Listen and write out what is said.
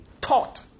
taught